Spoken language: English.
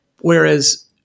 whereas